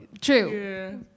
true